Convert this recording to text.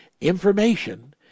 information